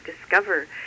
discover